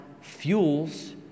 fuels